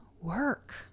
work